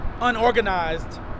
unorganized